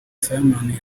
fireman